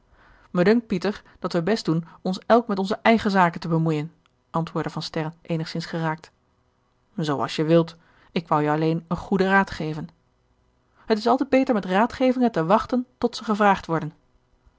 me dunkt pieter dat we best doen ons elk met onze eigen zaken te bemoeien antwoordde van sterren eenigzins geraakt zoo als je wilt ik wou je alleen een goeden raad geven het is altijd beter met raadgevingen te wachten tot ze gevraagd worden